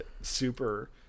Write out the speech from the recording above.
Super